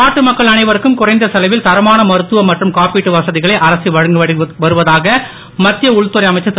நாட்டு மக்கள் அனைவருக்கும் குறைந்த செலவில் தரமான மருத்துவ மற்றும் காப்பீட்டு வசதிகளை அரசு வழங்கி வருவதாக மத்திய உள்துறை அமைச்சர் திரு